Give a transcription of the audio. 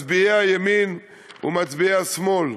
מצביעי הימין ומצביעי השמאל,